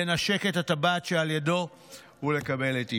לנשק את הטבעת שעל ידו ולקבל את אישורו.